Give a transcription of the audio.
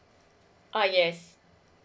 ah yes